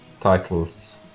titles